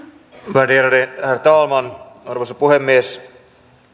värderade herr talman arvoisa puhemies